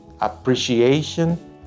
appreciation